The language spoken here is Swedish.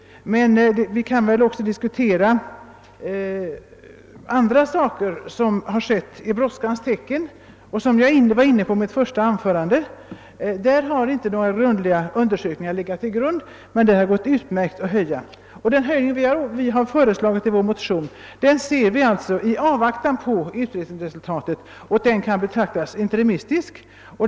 Men det finns andra saker som skett i brådskans tecken och som jag var inne på i mitt första anförande. I de fallen har inte några grundliga undersökningar gjorts och det har ändå gått utmärkt att företa en skattehöjning. Den ändring vi har föreslagit i vår motion kan i avvaktan på utredningsresultatet betraktas som interimistisk.